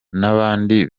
nabandi